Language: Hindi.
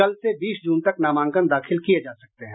कल से बीस जून तक नामांकन दाखिल किये जा सकते हैं